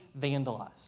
vandalized